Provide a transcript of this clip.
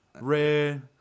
red